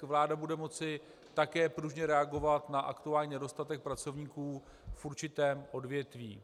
Vláda bude moci také pružně reagovat na aktuální nedostatek pracovníků v určitém odvětví.